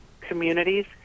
communities